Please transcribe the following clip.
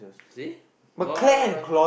see boy